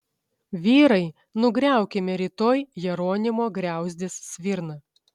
vyrai nugriaukime rytoj jeronimo griauzdės svirną